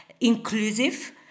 inclusive